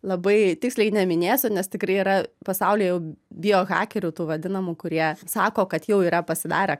labai tiksliai neminėsiu nes tikrai yra pasaulyje jau biohakerių tų vadinamų kurie sako kad jau yra pasidarę